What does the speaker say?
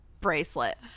bracelet